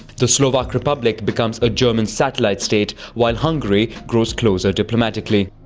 the slovak republic becomes a german satellite state while hungary grows closer diplomatically.